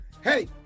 hey